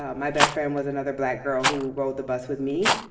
ah my best friend was another black girl who rode the bus with me.